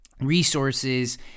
resources